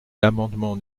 l’amendement